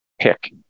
pick